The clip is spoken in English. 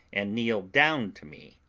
and kneeled down to me,